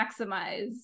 maximize